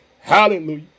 hallelujah